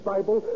Bible